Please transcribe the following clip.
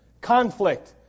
conflict